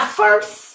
first